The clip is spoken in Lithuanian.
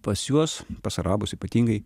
pas juos pas arabus ypatingai